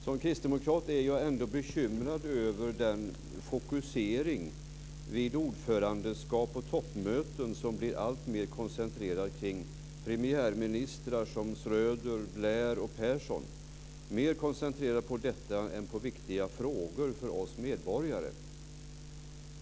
Som kristdemokrat är jag ändå bekymrad över den fokusering vid ordförandeskap och toppmöten som blir alltmer koncentrerad kring premiärministrar som Schröder, Blair och Persson, mer koncentrerad på detta än på viktiga frågor för oss medborgare.